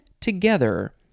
together